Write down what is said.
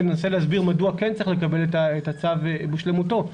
וננסה להסביר מדוע כן צריך לקבל את הצו בשלמותו,